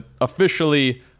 officially